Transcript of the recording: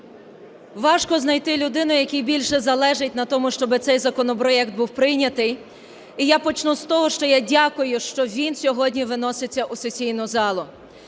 важко знайти людину, якій більше залежить на тому, щоби цей законопроект був прийнятий. І я почну з того, що я дякую, що він сьогодні виноситься у сесійну залу.